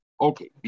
Okay